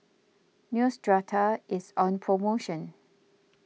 Neostrata is on promotion